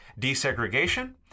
desegregation